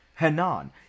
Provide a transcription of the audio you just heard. Henan